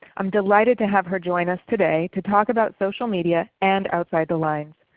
i'm delighted to have her joining today to talk about social media and outside the lines.